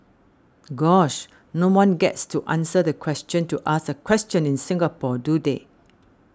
gosh no one gets to answer the question to ask a question in Singapore do they